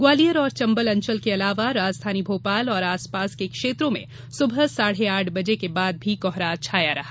ग्वालियर और चंबल अंचल के अलावा राजधानी भोपाल और आसपास के क्षेत्रों में सुबह साढ़े आठ बजे के बाद भी कोहरा छाया रहा